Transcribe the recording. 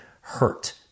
hurt